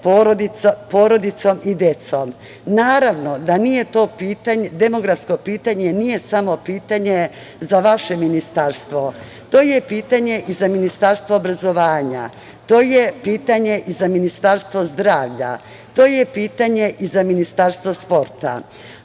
porodicom i decom. Naravno da demografsko pitanje nije samo pitanje za vaše ministarstvo. To je pitanje i za Ministarstvo obrazovanja, to je pitanje i za Ministarstvo zdravlja, to je pitanje i za Ministarstvo sporta,